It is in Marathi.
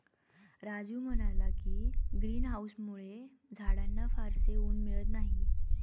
राजीव म्हणाला की, ग्रीन हाउसमुळे झाडांना फारसे ऊन मिळत नाही